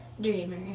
dreamer